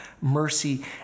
mercy